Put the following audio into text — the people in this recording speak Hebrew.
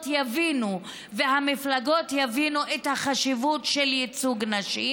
יבינו ומפלגות יבינו את החשיבות של ייצוג נשים.